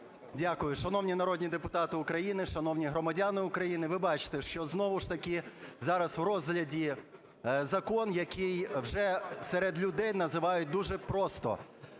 Дякую. Шановні народні депутати України, шановні громадяни України! Ви бачите, що знову ж таки зараз у розгляді закон, який вже серед людей називають дуже просто: